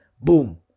boom